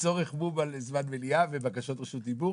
לצורך ניהול מו"מ על זמן מליאה ובקשות רשות דיבור